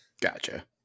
Gotcha